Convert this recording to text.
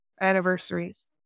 anniversaries